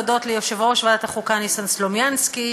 להודות ליושב-ראש ועדת החוקה ניסן סלומינסקי,